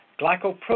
glycoprotein